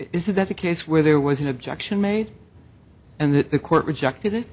it is that the case where there was an objection made and that the court rejected it